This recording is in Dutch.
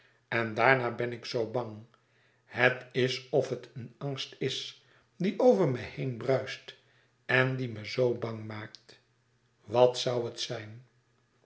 en daarna ben ik zoo bang het is of het een angst is die over me heen bruist en die me zoo bang maakt wat zoû het zijn